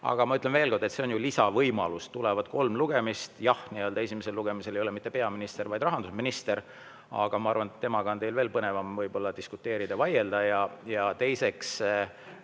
Aga ma ütlen veel kord, et see on ju lisavõimalus. Tulevad ka kolm lugemist. Jah, esimesel lugemisel ei ole mitte peaminister, vaid rahandusminister, aga ma arvan, et temaga on teil võib-olla veel põnevam diskuteerida, vaielda. Teiseks,